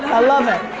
i love it.